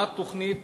מה התוכנית